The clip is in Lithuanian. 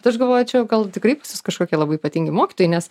tai aš galvojau čia gal tikrai kažkokie labai ypatingi mokytojai nes